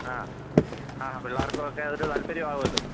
ആ ആ പിള്ളേർകൊക്കെ ഒരു താൽപര്യവും ആവുമല്ലോ